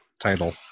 title